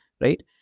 right